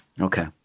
Okay